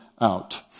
out